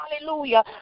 Hallelujah